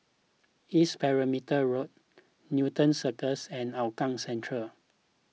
East Perimeter Road Newton Cirus and Hougang Central